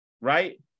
right